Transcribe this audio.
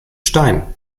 stein